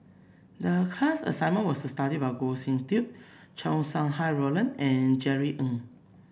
the class assignment was to study about Goh Sin Tub Chow Sau Hai Roland and Jerry Ng